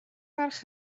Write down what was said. ferch